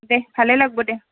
দে ভালে লাগবো দে